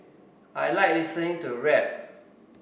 I like listening to rap